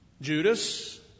Judas